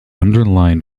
underlie